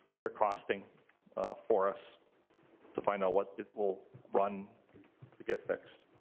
they're costing for us to find out what it will run to get fixed.